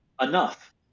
enough